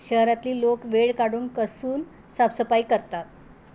शहरातली लोक वेळ काढून कसून साफसफाई करतात